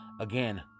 Again